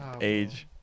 age